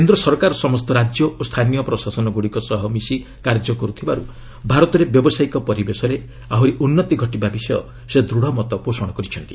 କେନ୍ଦ୍ର ସରକାର ସମସ୍ତ ରାଜ୍ୟ ଓ ସ୍ଥାନୀୟ ପ୍ରଶାସନଗୁଡ଼ିକ ସହ ମିଶି କାର୍ଯ୍ୟ କରୁଥିବାରୁ ଭାରତରେ ବ୍ୟାବସାୟିକ ପରିବେଶରେ ଆହରି ଉନ୍ତି ଘଟିବା ବିଷୟ ସେ ଦୂଢ଼ ମତ ପୋଷଣ କରିଛନ୍ତି